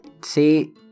See